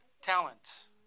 Talents